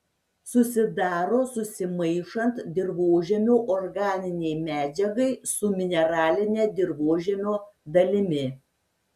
susidaro susimaišant dirvožemio organinei medžiagai su mineraline dirvožemio dalimi